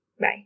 Bye